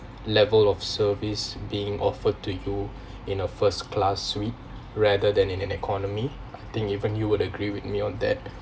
level of service being offered to you in a first-class suite rather than in an economy thing even you would agree with me on that